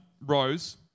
Rose